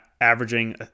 averaging